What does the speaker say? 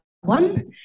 one